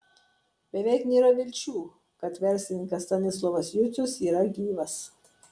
beveik nėra vilčių kad verslininkas stanislovas jucius yra gyvas